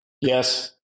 yes